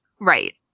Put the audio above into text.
Right